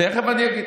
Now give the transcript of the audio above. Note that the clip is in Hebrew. תכף אני אגיד.